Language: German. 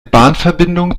bahnverbindung